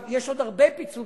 יש עוד הרבה פיצולים,